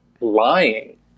lying